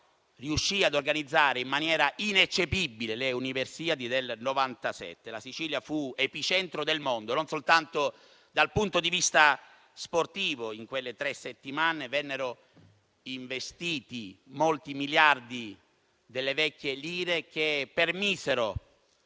riuscì a organizzare in maniera ineccepibile le Universiadi del 1997. La Sicilia fu epicentro del mondo non soltanto dal punto di vista sportivo. In quelle tre settimane vennero investiti molti miliardi delle vecchie lire che permisero